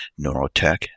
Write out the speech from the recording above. neurotech